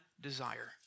desire